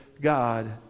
God